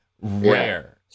rare